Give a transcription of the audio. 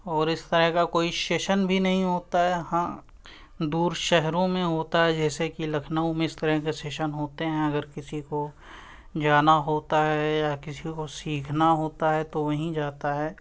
اور اس طرح کا کوئی شیشن بھی نہیں ہوتا ہے ہاں دور شہروں میں ہوتا ہے جیسے کہ لکھنؤ میں اس طرح کے سیشن ہوتے ہیں اگر کسی کو جانا ہوتا ہے یا کسی کو سیکھنا ہوتا ہے تو وہیں جاتا ہے